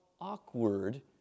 awkward